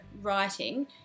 writing